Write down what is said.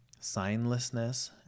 signlessness